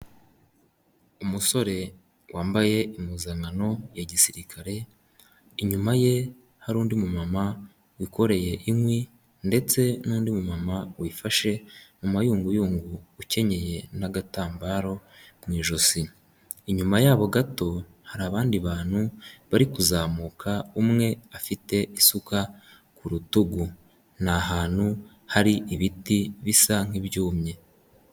Umusore wambaye impuzankano ya gisirikare, inyuma ye hari undi mu mama wikoreye inkwi ndetse n'undi mu mama wifashe mu mayunguyungu ukenyeye n'agatambaro mu ijosi, inyuma yabo gato hari abandi bantu bari kuzamuka umwe afite isuka ku rutugu, n'ahantu hari ibiti bisa nk'ibyumye.